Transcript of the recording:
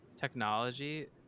technology